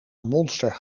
monster